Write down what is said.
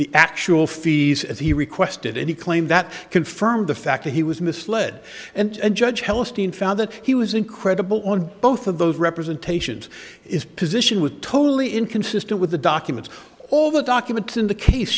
the actual fees as he requested and he claimed that confirmed the fact that he was misled and a judge helicity and found that he was incredible on both of those representations is position with totally inconsistent with the documents all the documents in the case